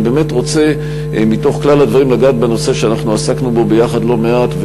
אני באמת רוצה מתוך כלל הדברים לגעת בנושא שאנחנו עסקנו בו יחד לא מעט,